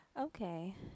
okay